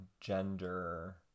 gender